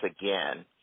again